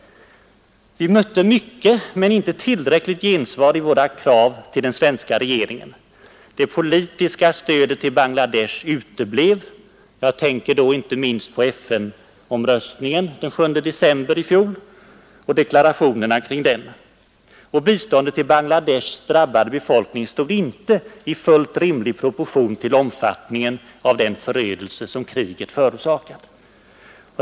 Vi mötte mycket men inte tillräckligt gensvar i våra krav till den svenska regeringen. Det politiska stödet till Bangladesh uteblev — jag tänker då inte minst på FN-omröstningen den 7 december i fjol och deklarationerna kring den — och biståndet till Bangladeshs drabbade befolkning stod inte i rimlig proportion till omfattningen av den förödelse som kriget förorsakade.